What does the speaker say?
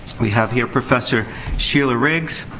we have here professor sheila riggs,